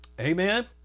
Amen